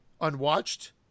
unwatched